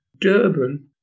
Durban